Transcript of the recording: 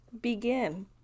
begin